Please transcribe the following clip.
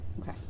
Okay